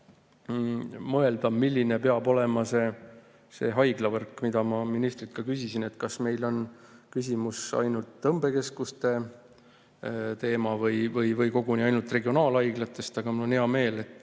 mõelda, milline peab olema haiglavõrk. Ma ministrilt ka küsisin, kas meil on küsimus ainult tõmbekeskuste teemal või koguni ainult regionaalhaiglates. Aga mul on hea meel, sest